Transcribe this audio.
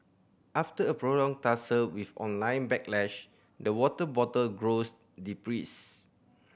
after a prolonged tussle with online backlash the water bottle grows depressed